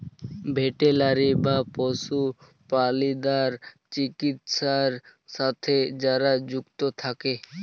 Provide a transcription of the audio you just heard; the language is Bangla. ভেটেলারি বা পশু প্রালিদ্যার চিকিৎছার সাথে যারা যুক্ত থাক্যে